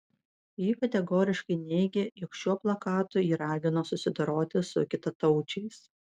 ji kategoriškai neigė jog šiuo plakatu ji ragino susidoroti su kitataučiais